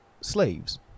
slaves